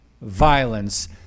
violence